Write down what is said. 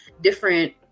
different